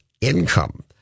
income